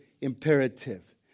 imperative